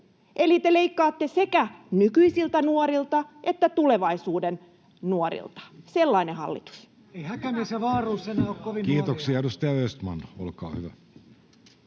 Eli te leikkaatte sekä nykyisiltä nuorilta että tulevaisuuden nuorilta. Sellainen hallitus.